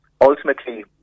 ultimately